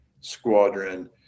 Squadron